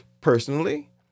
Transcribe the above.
Personally